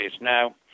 Now